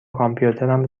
کامپیوترم